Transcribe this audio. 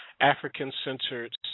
African-centered